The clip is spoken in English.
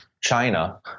China